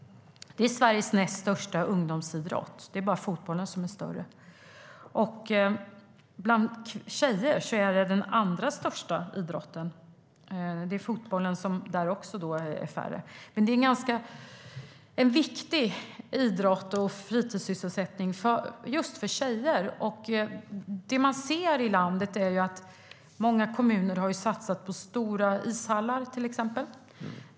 Det är Sveriges näst största ungdomsidrott. Det är bara fotbollen som är större. Bland tjejer är det den allra största idrotten. Det är färre som ägnar sig åt fotboll. Ridning är en viktig idrott och fritidssysselsättning just för tjejer. Det man ser i landet är att många kommuner har satsat på till exempel stora ishallar.